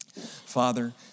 Father